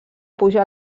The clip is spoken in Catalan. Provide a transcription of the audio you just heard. puja